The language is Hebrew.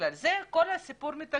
לכן כל הסיפור הזה מתעכב.